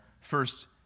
first